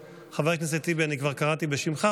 אני כבר קראתי בשמך,